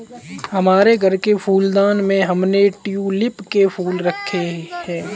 हमारे घर के फूलदान में हमने ट्यूलिप के फूल रखे हैं